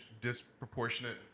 disproportionate